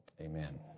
Amen